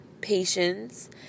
patience